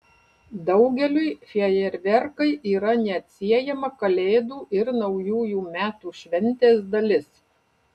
daugeliui fejerverkai yra neatsiejama kalėdų ir naujųjų metų šventės dalis